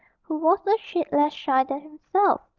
who was a shade less shy than himself,